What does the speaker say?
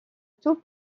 tout